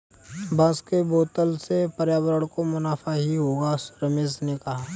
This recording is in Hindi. बांस के बोतल से पर्यावरण को मुनाफा ही होगा रमेश ने कहा